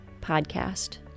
podcast